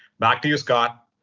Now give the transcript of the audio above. back to you, scott.